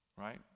right